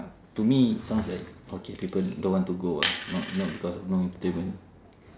to me it sounds like okay people don't want to go ah not not because of no entertainment